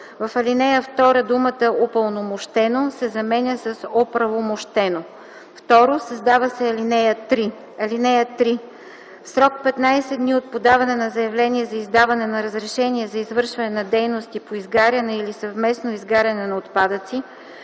В ал. 2 думата „упълномощено” се заменя с оправомощено”. 2. Създава се ал. 3: „(3) В срок 15 дни от подаване на заявление за издаване на разрешение за извършване на дейности по изгаряне или съвместно изгаряне на отпадъци,